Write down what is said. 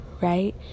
right